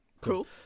Cool